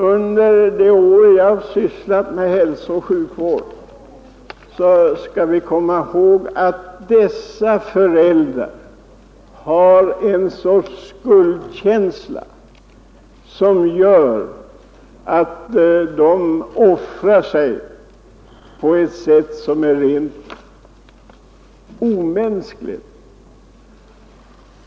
Under de år jag har sysslat med hälsooch sjukvård har jag iakttagit att dessa föräldrar har en sorts skuldkänsla och uppoffrar sig på ett sätt som är rent omänskligt.